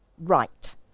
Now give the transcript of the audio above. right